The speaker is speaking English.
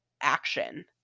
action